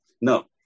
No